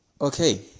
Okay